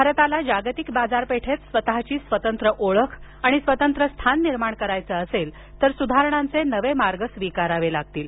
भारताला जागतिक बाजारपेठेत स्वतःची स्वतंत्र ओळख आणि स्वतंत्र स्थान निर्माण करायचे असेल तर सुधारणांचे नवे मार्ग स्वीकारावे लागतील